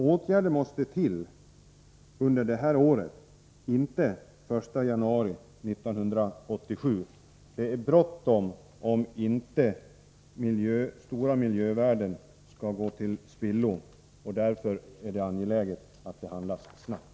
Åtgärder måste vidtas under det här året, inte den 1 januari 1987. Det är bråttom om inte stora miljövärden skall gå till spillo.